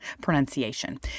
pronunciation